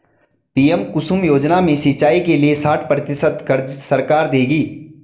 PM Kusum योजना में सिंचाई के लिए साठ प्रतिशत क़र्ज़ सरकार देगी